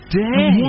day